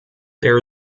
there